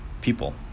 people